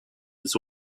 was